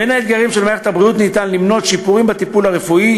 בין האתגרים של מערכת הבריאות ניתן למנות שיפורים בטיפול הרפואי,